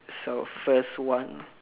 so first one